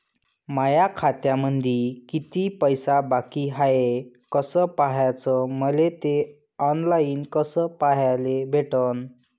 माया खात्यामंधी किती पैसा बाकी हाय कस पाह्याच, मले थे ऑनलाईन कस पाह्याले भेटन?